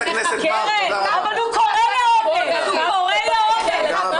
הוא קורא לאונס.